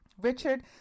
Richard